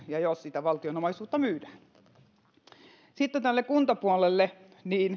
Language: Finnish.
ja jos valtion omaisuutta myydään sitten kuntapuolelle